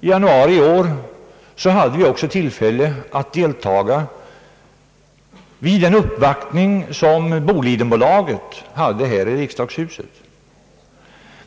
i januari i år hade vi också tillfälle att delta i Bolidenbolagets uppvaktning här i riksdagshuset.